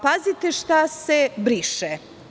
Pazite šta se briše.